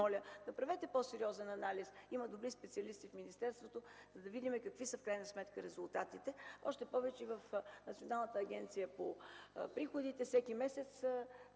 моля, направете по-сериозен анализ, има добри специалисти в министерството, за да видим какви са в крайна сметка резултатите. В Националната агенция по приходите всеки месец